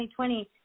2020